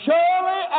Surely